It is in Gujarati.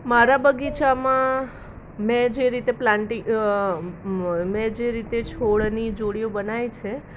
મારા બગીચામાં મેં જે રીતે પ્લાનટી મ મેં જે રીતે છોડની જોડીઓ બનાવી છે